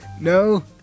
No